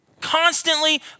Constantly